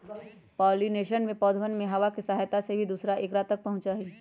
pollination में पौधवन में हवा के सहायता से भी दूसरा औकरा तक पहुंचते हई